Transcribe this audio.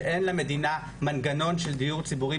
שאין למדינה מנגנון של דיור ציבורי,